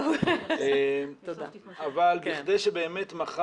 אבל כדי שבדיון במליאה מחר,